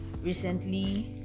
recently